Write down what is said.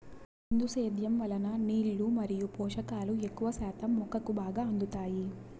బిందు సేద్యం వలన నీళ్ళు మరియు పోషకాలు ఎక్కువ శాతం మొక్కకు బాగా అందుతాయి